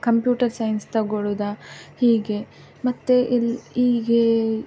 computer science ತಗೊಳ್ಳುವುದ ಹೀಗೆ ಮತ್ತು ಇಲ್ಲಿ ಹೀಗೆ